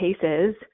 cases